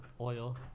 oil